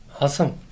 Awesome